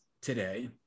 Today